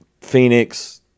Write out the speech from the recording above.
Phoenix